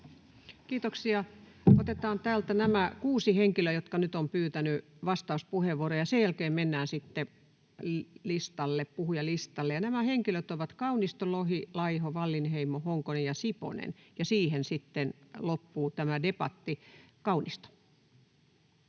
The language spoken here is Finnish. Kiitoksia. — Otetaan täältä nämä kuusi henkilöä, jotka nyt ovat pyytäneet vastauspuheenvuoroa, ja sen jälkeen mennään puhujalistalle. Nämä henkilöt ovat Kaunisto, Lohi, Laiho, Wallinheimo, Honkonen ja Siponen, ja siihen sitten loppuu tämä debatti. — Kaunisto.